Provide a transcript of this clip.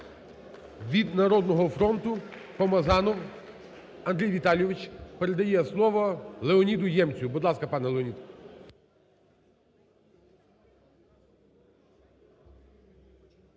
Від "Народного фронту" Помазанов Андрій Віталійович. Передає слово Леоніду Ємцю. Будь ласка, пане Леонід.